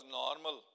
normal